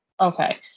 Okay